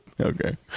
Okay